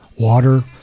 water